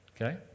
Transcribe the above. Okay